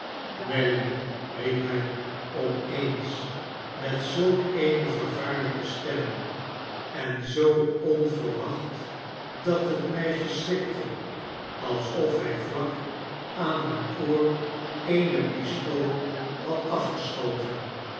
nelly riep hij op eens met zulk eene vervaarlijke stem en zoo onverwacht dat het meisje schrikte alsof hij vlak aan haar oor eene pistool had afgeschoten